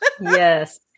Yes